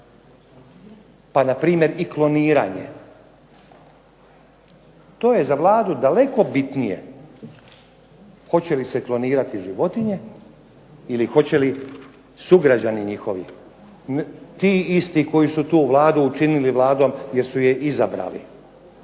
pa npr. i kloniranje. To je za Vladu daleko bitnije hoće li se klonirati ljudi ili hoće li sugrađani njihovi, ti isti koji su tu Vladu učinili Vladom jer su je izabrali,